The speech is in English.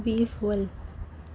visual